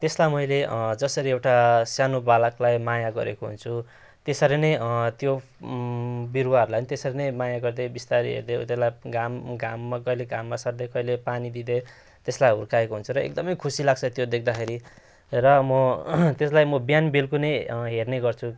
त्यसलाई मैले जसरी एउटा सानो बालकलाई माया गरेको हुन्छु त्यसरी नै त्यो बिरुवाहरूलाई त्यसरी नै माया गर्दै बिस्तारै हेर्दै उनीहरूलाई घाम घाममा कहिले घाममा सार्दै कहिले पानी दिँदै त्यसलाई हुर्काएको हुन्छु र एकदमै खुसी लाग्छ त्यो देख्दाखेरि र म त्यसलाई म बिहान बेलुकी नै हेर्ने गर्छु